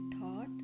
thought